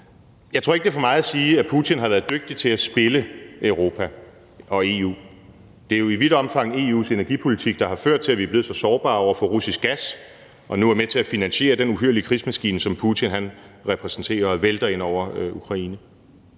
Jeg tror ikke, det er for meget at sige, at Putin har været dygtig til at spille Europa og EU. Det er jo i vidt omfang EU's energipolitik, der har ført til, at vi er blevet så sårbare over for russisk gas og nu er med til at finansiere den uhyrlige krigsmaskine, som Putin repræsenterer, og som vælter ind over Ukraine.